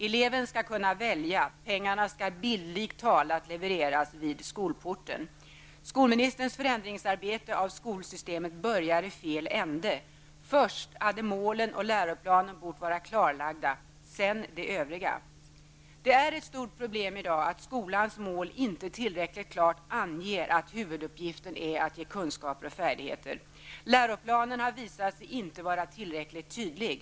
Eleven skall kunna välja -- pengarna skall bildligt talat levereras vid skolporten. Skolministerns förändringsarbete beträffande skolsystemet börjar i fel ände. Först borde alltså målen och läroplanen vara klarlagda. Sedan kommer det övriga. Det är ett stort problem i dag att skolans mål inte tillräckligt klart anger att huvuduppgiften är att ge kunskaper och färdigheter. Läroplanen har inte visat sig vara tillräckligt tydlig.